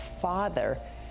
Father